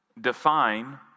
Define